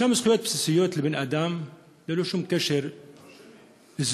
ישנן זכויות בסיסיות לבן-אדם ללא שום קשר לזהותו,